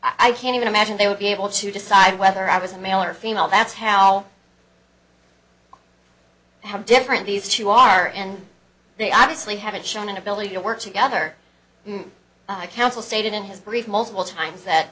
i can even imagine they would be able to decide whether i was a male or female that's how how different these two are and they obviously haven't shown an ability to work together i counsel stated in his brief multiple times that